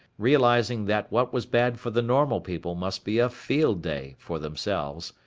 realizing that what was bad for the normal people must be a field day for themselves,